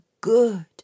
good